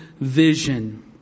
vision